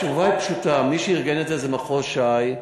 התשובה היא פשוטה: מי שארגן את זה זה מחוז ש"י.